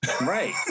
Right